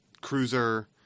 cruiser